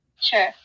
Sure